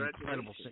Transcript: incredible